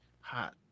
hot